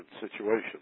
situation